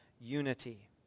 unity